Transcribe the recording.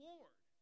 Lord